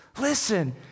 listen